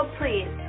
please